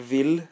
Vill